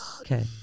Okay